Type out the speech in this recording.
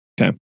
Okay